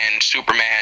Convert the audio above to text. Superman